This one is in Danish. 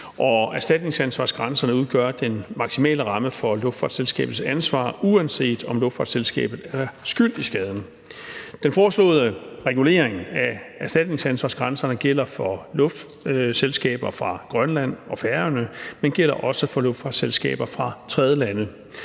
Erstatningsansvarsgrænserne udgør den maksimale ramme for luftfartsselskabets ansvar, uanset om luftfartsselskabet er skyld i skaden. Den foreslåede regulering af erstatningsansvarsgrænserne gælder for luftfartsselskaber fra Grønland og Færøerne, men gælder også for luftfartsselskaber fra tredjelande,